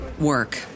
work